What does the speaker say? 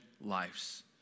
lives